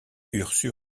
ursus